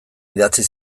idatzi